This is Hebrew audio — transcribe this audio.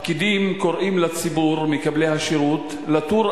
והפקידים קוראים לציבור מקבלי השירות לתור